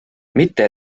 mitte